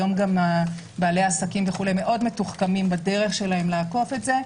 היום גם בעלי העסקים מאוד מתוחכמים בדרך שלהם לעקוף את זה.